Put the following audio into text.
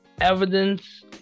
evidence